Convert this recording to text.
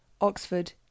oxford